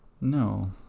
No